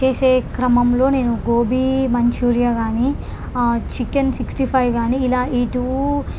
చేసే క్రమంలో నేను గోబీ మంచూరియా కానీ చికెన్ సిక్స్టీ ఫైవ్ కానీ ఇలా ఈ టూ